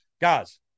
Guys